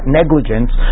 negligence